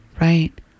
Right